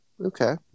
Okay